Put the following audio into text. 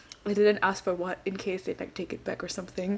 I didn't ask for what in case they like take it back or something